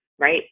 right